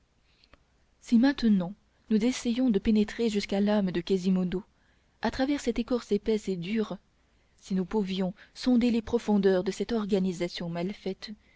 si maintenant nous essayions de pénétrer jusqu'à l'âme de quasimodo à travers cette écorce épaisse et dure si nous pouvions sonder les profondeurs de cette organisation mal faite